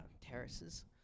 terraces